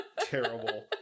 terrible